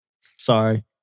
Sorry